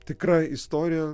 tikra istorija